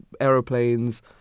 aeroplanes